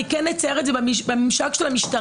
אני כן אציין את זה, בממשק של המשטרה.